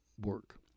work